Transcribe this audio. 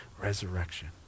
resurrection